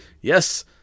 yes